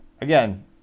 again